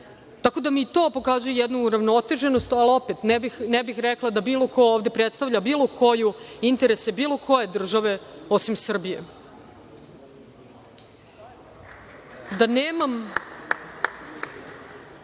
da mi to pokazuje jednu uravnoteženost, ali opet, ne bih rekla da bilo ko ovde predstavlja interese bilo koje države osim Srbije. Da nemam